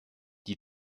die